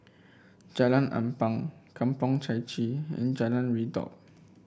Jalan Ampang Kampong Chai Chee and Jalan Redop